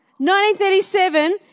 1937